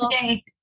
today